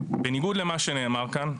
בניגוד למה שנאמר כאן,